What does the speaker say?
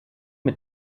mit